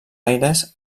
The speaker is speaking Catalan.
aires